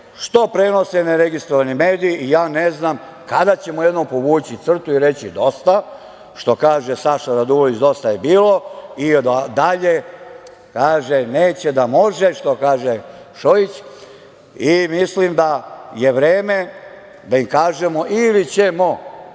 što prenose ne registrovani mediji. Ja ne znam kada ćemo jednom povući crtu i reći – dosta? Što kaže Saša Radulović – dosta je bilo. Dalje, kaže – neće da može, što kaže Šojić. Mislim da je vreme da im kažemo – ili ćemo